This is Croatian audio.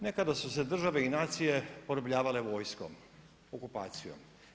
Nekada su se države i nacije porobljavale vojskom, okupacije.